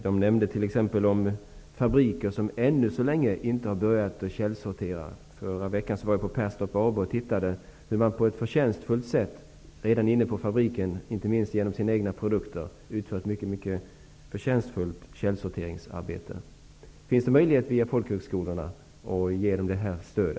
Man nämnde t.ex. att fabriker ännu så länge inte har börjat att källsortera. Jag var i förra veckan på Perstorp AB och tittade på hur man på ett förtjänstfullt sätt redan inne på fabriken inte minst genom sina egna produkter genomförde ett mycket gott källsorteringsarbete.